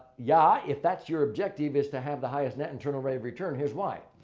yeah, if that's your objective is to have the highest net internal rate of return, here's why.